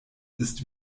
ist